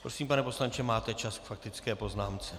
Prosím, pane poslanče, máte čas k faktické poznámce.